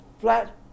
flat